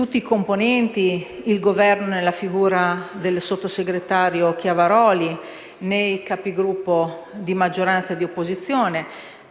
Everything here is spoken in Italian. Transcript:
suoi componenti, il Governo, nella figura del sottosegretario Chiavaroli, i Capigruppo di maggioranza e di opposizione,